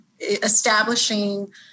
establishing